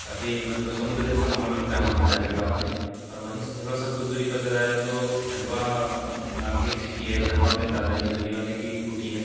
काफ़ी मतलब समुद्र जैसा माहौल लगता है वहाँ पर जाने के बाद में और वहीं से थोड़ा सा कुछ दूरी पर चला जाए तो खंडवा नामक एक सिटी है खंडवा में दादाजी धुनीवाले की एक कुटी है